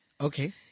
Okay